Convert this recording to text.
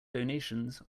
donations